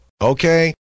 Okay